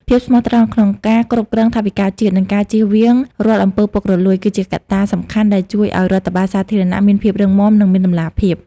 ភាពស្មោះត្រង់ក្នុងការគ្រប់គ្រងថវិកាជាតិ និងការចៀសវាងរាល់អំពើពុករលួយ គឺជាកត្តាសំខាន់ដែលជួយឱ្យរដ្ឋបាលសាធារណៈមានភាពរឹងមាំ និងមានតម្លាភាព។